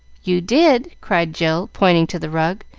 you did, cried jill, pointing to the rug.